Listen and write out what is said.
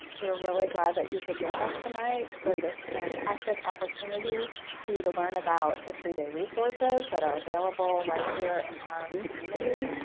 we're really glad that you could join us tonight for this fantastic opportunity for you to learn about history day resources that are available right here in our community.